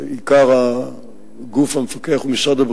זה היה בדוח של האו"ם שהתפרסם לפני כשנה.